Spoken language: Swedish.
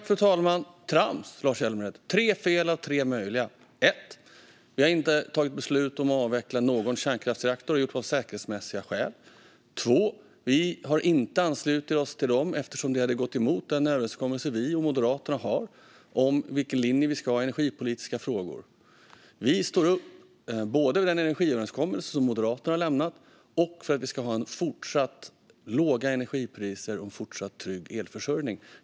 Fru talman! Trams, Lars Hjälmered! Det är tre fel av tre möjliga. För det första har vi inte tagit beslut om att avveckla någon kärnkraftsreaktor; det har gjorts av säkerhetsmässiga skäl. För det andra har vi inte anslutit oss till de andra länderna eftersom det hade gått emot den överenskommelse vi och Moderaterna har om vilken linje vi ska ha i energipolitiska frågor. Vi står upp både för den energiöverenskommelse som Moderaterna har lämnat och för att vi ska ha fortsatt låga energipriser och en fortsatt trygg elförsörjning.